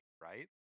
right